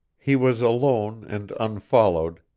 he was alone and unfollowed,